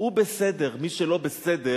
מי שלא בסדר